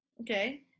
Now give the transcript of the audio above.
Okay